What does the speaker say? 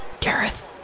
Gareth